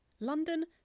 London